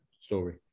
story